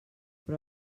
però